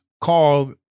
called